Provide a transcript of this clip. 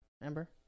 Remember